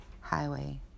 highway